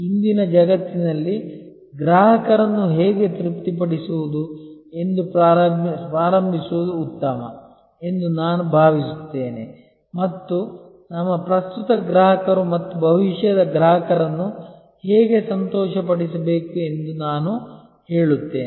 ಇಂದಿನ ಜಗತ್ತಿನಲ್ಲಿ ಗ್ರಾಹಕರನ್ನು ಹೇಗೆ ತೃಪ್ತಿಪಡಿಸುವುದು ಎಂದು ಪ್ರಾರಂಭಿಸುವುದು ಉತ್ತಮ ಎಂದು ನಾನು ಭಾವಿಸುತ್ತೇನೆ ಮತ್ತು ನಮ್ಮ ಪ್ರಸ್ತುತ ಗ್ರಾಹಕರು ಮತ್ತು ಭವಿಷ್ಯದ ಗ್ರಾಹಕರನ್ನು ಹೇಗೆ ಸಂತೋಷಪಡಿಸಬೇಕು ಎಂದು ನಾನು ಹೇಳುತ್ತೇನೆ